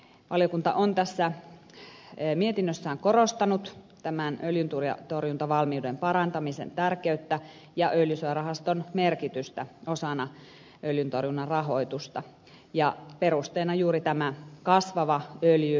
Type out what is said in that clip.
valiokunta on tässä mietinnössään korostanut tämän öljyntorjuntavalmiuden parantamisen tärkeyttä ja öljysuojarahaston merkitystä osana öljyntorjunnan rahoitusta perusteena juuri tämä kasvava öljyliikenne